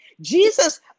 Jesus